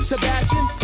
Sebastian